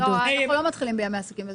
לא, אנחנו לא מתחילים בימי עסקים.